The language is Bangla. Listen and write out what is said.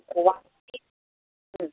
কোয়ালিটি হুম